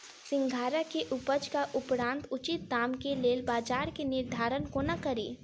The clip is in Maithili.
सिंघाड़ा केँ उपजक उपरांत उचित दाम केँ लेल बजार केँ निर्धारण कोना कड़ी?